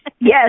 Yes